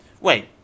Wait